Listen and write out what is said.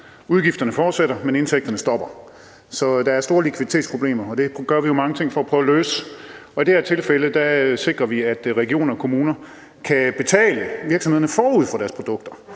Udgifterne fortsætter, men indtægterne stopper. Så der er store likviditetsproblemer, og det gør vi jo mange ting for at prøve at løse. I det her tilfælde sikrer vi, at regioner og kommuner kan betale virksomhederne forud for deres produkter